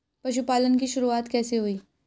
पशुपालन की शुरुआत कैसे हुई?